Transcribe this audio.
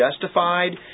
justified